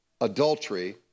adultery